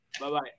Bye-bye